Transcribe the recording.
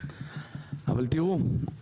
אבל תראו,